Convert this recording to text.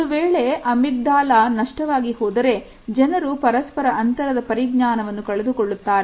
ಒಂದು ವೇಳೆ Amygdala ನಷ್ಟವಾಗಿ ಹೋದರೆ ಜನರು ಪರಸ್ಪರ ಅಂತರದ ಪರಿಜ್ಞಾನವನ್ನು ಕಳೆದುಕೊಳ್ಳುತ್ತಾರೆ